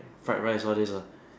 fried rice all these lah